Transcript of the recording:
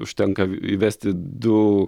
užtenka įvesti du